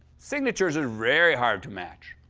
signatures are very hard to match.